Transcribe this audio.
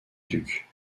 duc